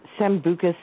Sambucus